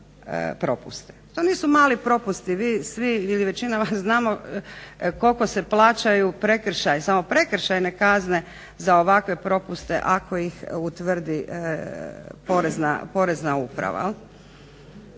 To nisu mali propusti, većina vas svih, ili većina vas znamo koliko se plaćaju prekršajne kazne za ovakve propuste ako ih utvrdi porezna uprava.